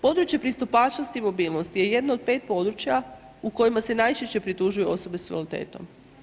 Područje pristupačnosti i mobilnosti je jedno od 5 područja u kojima se najčešće pritužuju osobe s invaliditetom.